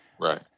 Right